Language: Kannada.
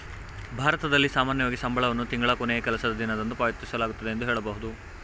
ಭಾರತದಲ್ಲಿ ಸಾಮಾನ್ಯವಾಗಿ ಸಂಬಳವನ್ನು ತಿಂಗಳ ಕೊನೆಯ ಕೆಲಸದ ದಿನದಂದು ಪಾವತಿಸಲಾಗುತ್ತೆ ಎಂದು ಹೇಳಬಹುದು